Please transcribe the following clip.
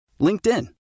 LinkedIn